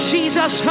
Jesus